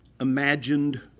imagined